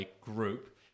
group